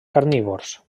carnívors